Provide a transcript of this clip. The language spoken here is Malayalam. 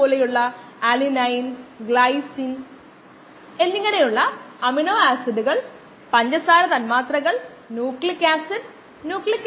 ഈ കേസിലെ മൊത്തം നിരക്ക് ഒരു 10 കിലോഗ്രാം വരുന്നു സെക്കൻഡിൽ 5 കിലോഗ്രാം പുറത്തേക്ക് പോകുന്നു സെക്കൻഡിൽ 10 കിലോഗ്രാം വരുന്നു